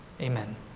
Amen